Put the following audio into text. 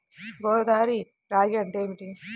గోదావరి రాగి అంటే ఏమిటి?